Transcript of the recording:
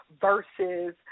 versus